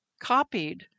copied